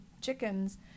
chickens